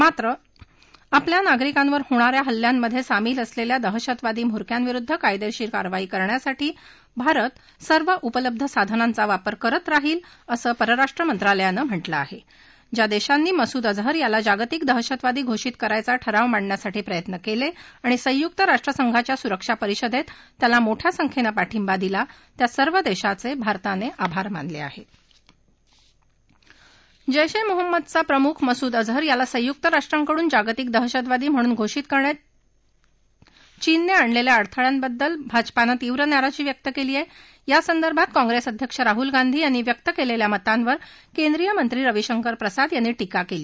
मात्र आपल्या नागरिकांवर होणाऱ्या हल्ल्यामध्राआमील असलखा दहशतवादी म्होरक्यांविरुद्ध कायद्वीर कारवाई करण्यासाठी भारत सर्व उपलब्ध साधनांचा वापर करत राहील असं परराष्ट्र मंत्रालयानं म्हटलं आह ज्या दक्षीनी मसूद अजहर याला जागतिक दहशतवादी घोषित करण्याचा ठराव मांडण्यासाठी प्रयत्न क्विंब्रिशि संयुक राष्ट्र संघाच्या सुरक्षा परिषदक्ष त्याला मोठ्या संख्यत्त पाठिंबा दिला त्या सर्व दशीचभारतानं आभार मानलञ्ञाहत्त जैश ए मोहम्मदचा प्रमुख मसूद अजहर याला संयुक्त राष्ट्रांकडून जागतिक दहशतवादी म्हणून घोषित करण्यात चीननं आणलख्खा अडथळयाबाबत भाजपानं तीव्र नाराजी व्यक्त कळी आहा गासंदर्भात काँग्रेसीअध्यक्ष राहुल गांधी यांनी च्यक्त कळिखा मतांवर केंद्रीय मंत्री रविशंकर प्रसाद यांनी टीका क्ली